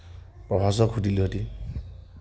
প্ৰভাসক সুধিলোঁহেতেন